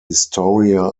historia